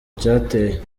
cyateye